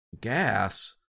gas